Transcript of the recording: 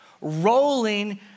rolling